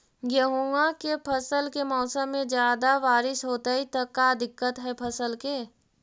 गेहुआ के फसल के मौसम में ज्यादा बारिश होतई त का दिक्कत हैं फसल के?